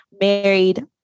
married